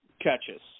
catches